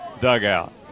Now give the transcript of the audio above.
dugout